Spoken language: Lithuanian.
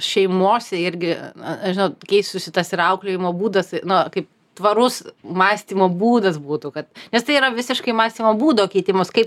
šeimose irgi na žinot keistųsi tas ir auklėjimo būdas na kaip tvarus mąstymo būdas būtų kad nes tai yra visiškai mąstymo būdo keitimas kaip